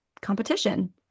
competition